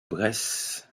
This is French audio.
bresse